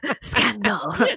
Scandal